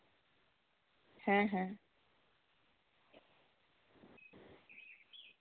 ᱦᱮᱸ ᱦᱮᱸ